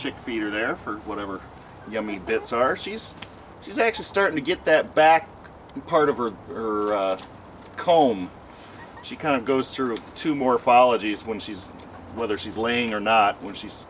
chicken feet are there for whatever yummy bits are she's she's actually starting to get that back part of her of her comb she kind of goes through two morphologies when she's whether she's laying or not when she's